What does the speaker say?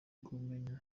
kubimenya